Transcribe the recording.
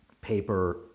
paper